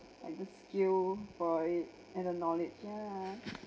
like the skill for it and the knowledge yeah